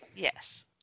Yes